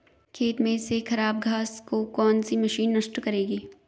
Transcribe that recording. खेत में से खराब घास को कौन सी मशीन नष्ट करेगी?